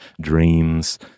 dreams